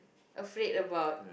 afraid about